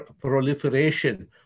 proliferation